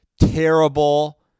terrible